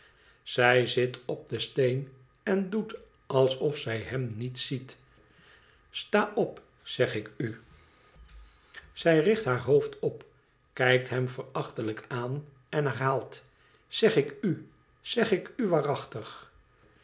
zij zit op den steen en doet alsof zij hem niet ziet sta op zeg ik u zij richt baar hoofd op kijkt hem verachtelijk aan en herhaalt zeg iku zeg ik u waarachtig